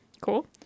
Cool